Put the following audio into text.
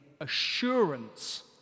assurance